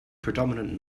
predominant